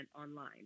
online